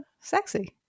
sexy